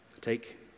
Take